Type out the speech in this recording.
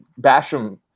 Basham